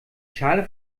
schale